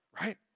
Right